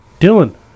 Dylan